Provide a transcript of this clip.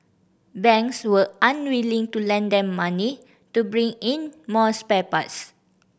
banks were unwilling to lend them money to bring in more spare parts